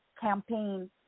campaign